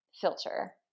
filter